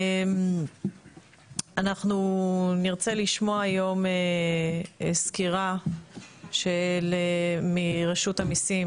אנחנו נרצה לשמוע היום סקירה מרשות המיסים